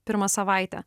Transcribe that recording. pirmą savaitę